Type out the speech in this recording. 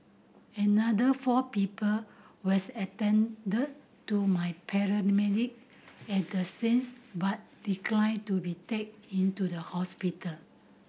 another four people was attended to my paramedic at the scenes but declined to be take into the hospital